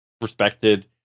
respected